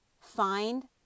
find